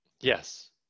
Yes